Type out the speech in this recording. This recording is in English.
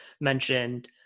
mentioned